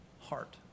heart